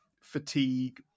fatigue